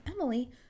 Emily